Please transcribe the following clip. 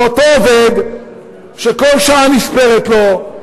באותו עובד שכל שעה נספרת לו,